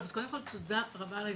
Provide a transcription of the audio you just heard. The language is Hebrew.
קודם כל תודה רבה על ההזדמנות,